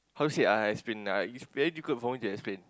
how say ah I explain ah it's very difficult for me to explain